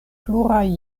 pluraj